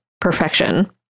perfection